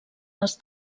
les